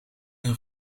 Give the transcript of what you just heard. een